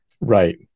Right